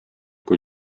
kui